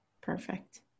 Perfect